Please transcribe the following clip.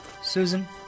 susan